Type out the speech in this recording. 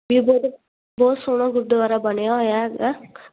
ਬਹੁਤ ਸੋਹਣਾ ਗੁਰਦੁਆਰਾ ਬਣਿਆ ਹੋਇਆ ਹੈਗਾ